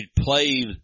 played